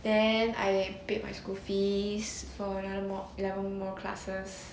then I paid my school fees for another more eleven more classes